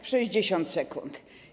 W 60 sekund.